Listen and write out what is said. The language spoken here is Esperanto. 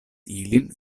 ilin